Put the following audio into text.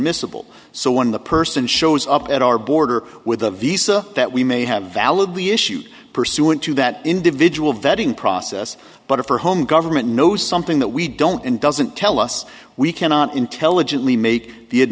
ible so when the person shows up at our border with a visa that we may have validly issued pursuant to that individual vetting process but if her home government knows something that we don't and doesn't tell us we cannot intelligently make